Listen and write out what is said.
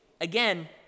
again